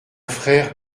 frère